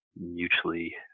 mutually